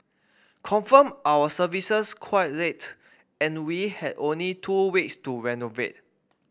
confirmed our services quite late and we had only two weeks to renovate